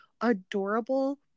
adorable